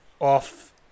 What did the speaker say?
off